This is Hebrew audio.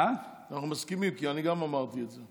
אני מסכים עם זה, אני גם אמרתי את זה.